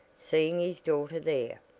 seeing his daughter there,